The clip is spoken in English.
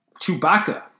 Chewbacca